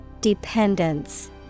Dependence